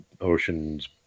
oceans